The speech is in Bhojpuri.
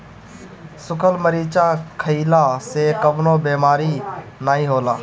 सुखल मरीचा खईला से कवनो बेमारी नाइ होला